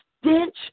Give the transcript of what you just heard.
stench